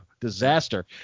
disaster